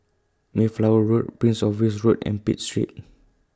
Mayflower Road Prince of Wales Road and Pitt Street